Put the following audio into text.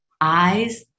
eyes